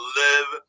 live